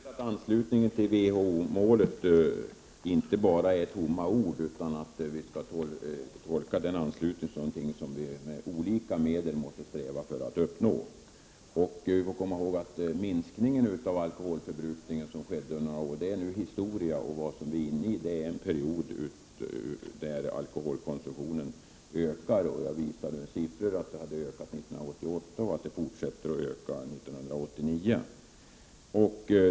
Herr talman! Det är viktigt att beslutet om att vi skall försöka uppnå WHO-målet inte bara är tomma ord utan att vi verkligen försöker nå detta mål. Den minskning av alkoholförbrukningen som skedde under några år är nu historia, och nu är vi inne i en period då alkoholkonsumtionen ökar. Jag visade med siffror att den hade ökat under 1988 och att den fortsätter att öka under 1989.